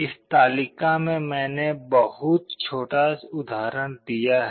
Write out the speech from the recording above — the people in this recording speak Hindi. इस तालिका में मैंने एक बहुत छोटा उदाहरण दिया है